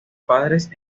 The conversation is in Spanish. padres